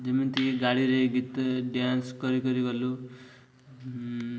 ଯେମିତି ଗାଡ଼ିରେ ଗୀତ ଡ୍ୟାନ୍ସ କରି କରି ଗଲୁ